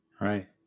Right